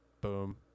boom